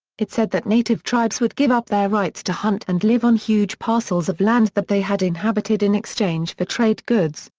it said that native tribes would give up their rights to hunt and live on huge parcels of land that they had inhabited in exchange for trade goods,